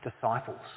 disciples